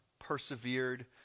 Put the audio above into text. persevered